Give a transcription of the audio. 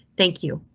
thank you.